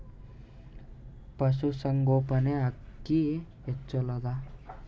ಪಶುಸಂಗೋಪನೆ ಅಕ್ಕಿ ಹೆಚ್ಚೆಲದಾ?